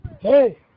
Hey